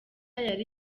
yari